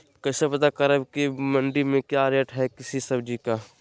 कैसे पता करब की मंडी में क्या रेट है किसी सब्जी का?